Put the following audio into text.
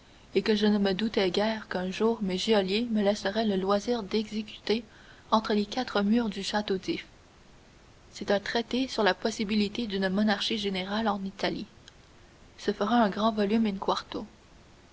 et que je ne me doutais guère qu'un jour mes geôliers me laisseraient le loisir d'exécuter entre les quatre murs du château d'if c'est un traité sur la possibilité d'une monarchie générale en italie ce fera un grand volume in-quarto